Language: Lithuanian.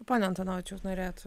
pone antanovičiau jūs norėjot